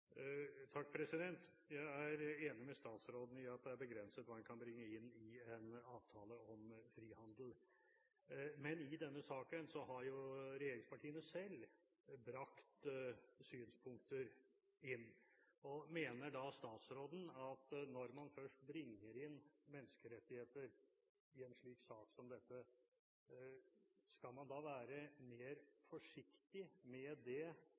Jeg er enig med statsråden i at det er begrenset hva en kan bringe inn i en avtale om frihandel. Men i denne saken har regjeringspartiene selv brakt synspunkter inn. Mener da statsråden at når man først bringer inn menneskerettigheter i en slik sak som denne, skal man være mer forsiktig med det